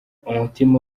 umutima